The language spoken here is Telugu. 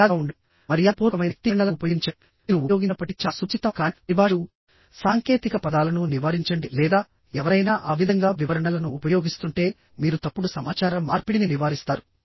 మర్యాదగా ఉండండి మర్యాదపూర్వకమైన వ్యక్తీకరణలను ఉపయోగించండి మీరు ఉపయోగించినప్పటికీ చాలా సుపరిచితం కాని పరిభాషలుసాంకేతిక పదాలను నివారించండి లేదా ఎవరైనా ఆ విధంగా వివరణలను ఉపయోగిస్తుంటే మీరు తప్పుడు సమాచార మార్పిడిని నివారిస్తారు